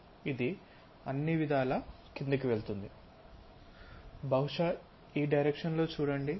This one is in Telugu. ఇది అన్ని విధాలా క్రిందకి వెళుతుంది బహుశా డైరెక్షన్ లో చూడండి